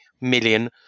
million